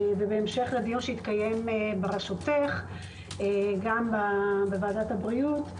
ובהמשך לדיון שהתקיים בראשותך גם בוועדת הבריאות,